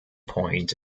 point